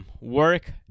work